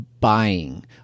buying